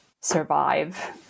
survive